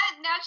now